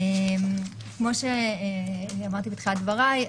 כמו שאמרתי בתחילת דבריי,